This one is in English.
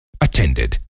attended